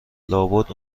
لابد